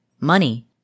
money